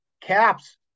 caps